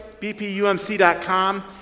bpumc.com